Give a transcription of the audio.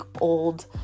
old